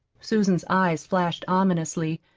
susan's eyes flashed ominously.